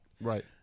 Right